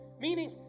Meaning